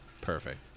Perfect